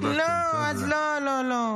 את יודעת --- לא, אז לא, לא.